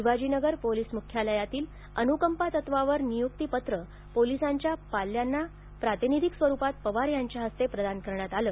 Shivajinagar police मुख्यालयातील अनुकंपा तत्वावर नियुक्तीपत्र पोलीसांच्या पाल्याना प्रातिनिधिक स्वरुपात पवार यांच्या हस्ते प्रदान करण्यात आला